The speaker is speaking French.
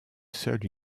seul